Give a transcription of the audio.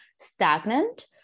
stagnant